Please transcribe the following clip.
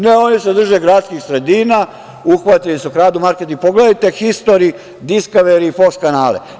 Ne, oni se drže gradskih sredina, uhvatili su, kradu marketing, pogledajte Histori, Diskaveri i Foks kanale.